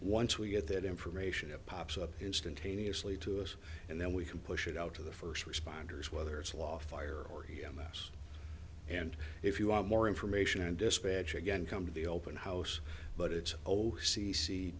once we get that information it pops up instantaneously to us and then we can push it out to the first responders whether it's law fire or e m s and if you want more information and dispatch again come to the open house but it's o c c